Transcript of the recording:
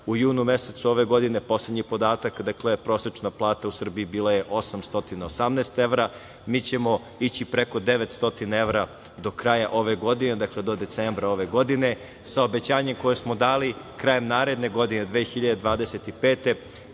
u junu mesecu ove godine, poslednji podatak, prosečna plata u Srbiji bila je 818 evra, i mi ćemo ići preko 900evra do kraja ove godine, do decembra ove godine, sa obećanjem koje smo dali, krajem naredne godine 2025.